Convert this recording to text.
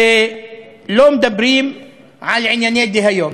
ולא מדברים על ענייני היום.